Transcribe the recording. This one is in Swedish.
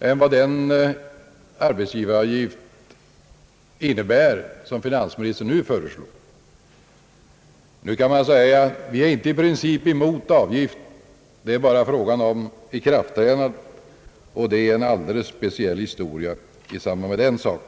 än den arbetsgivaravgift som finansministern nu föreslår. Man kan säga: vi är inte i princip mot avgift; det är bara fråga om ikraftträdandet, och det är en alldeles speciell historia i samband med den saken.